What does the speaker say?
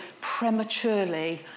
prematurely